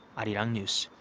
arirang news.